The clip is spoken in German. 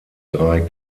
drei